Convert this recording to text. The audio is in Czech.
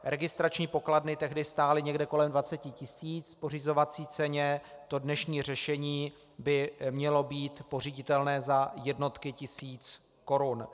Registrační pokladny tehdy stály někde kolem 20 tis. v pořizovací ceně, dnešní řešení by mělo být pořiditelné za jednotky tisíc korun.